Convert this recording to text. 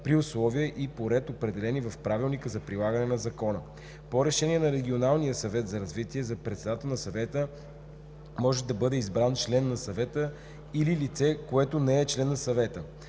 при условия и по ред, определени в правилника за прилагане на закона. По решение на регионалния съвет за развитие за председател на съвета може да бъде избран член на съвета или лице, което не е член на съвета.